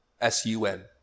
S-U-N